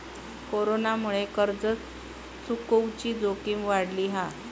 कोरोनामुळे कर्ज चुकवुची जोखीम वाढली हा